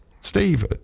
Steve